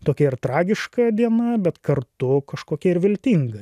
tokia ir tragiška diena bet kartu kažkokia ir viltinga